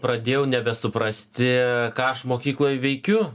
pradėjau nebesuprasti ką aš mokykloj veikiu